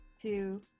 two